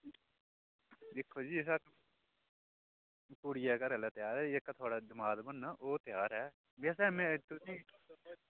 दिक्खो जी कुड़िऐ दे घरै आह्ले त्यार न जेह्का थुहाड़ा दमाद बनना ओह् त्यार ऐ जिसदा में तुसें गी